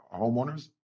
homeowners